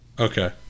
okay